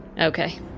Okay